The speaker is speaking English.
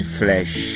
flesh